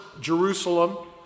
Jerusalem